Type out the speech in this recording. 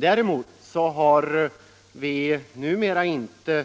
Däremot har vi numera inte